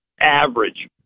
average